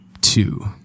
two